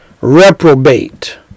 Reprobate